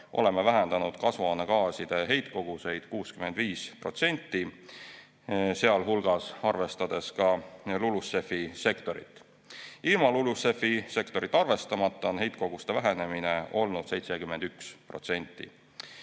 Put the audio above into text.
oleme vähendanud kasvuhoonegaaside heitkoguseid 65%, sealhulgas arvestades LULUCF‑i sektorit. Ilma LULUCF‑i sektorit arvestamata on heitkoguste vähenemine olnud 71%.